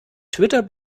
twitter